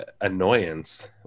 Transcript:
annoyance